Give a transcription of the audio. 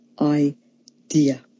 idea